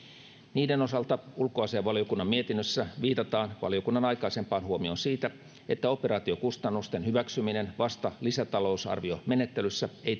niiden osalta ulkoasiainvaliokunnan mietinnössä viitataan valiokunnan aikaisempaan huomioon siitä että operaatiokustannusten hyväksyminen vasta lisätalousarviomenettelyssä ei